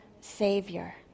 Savior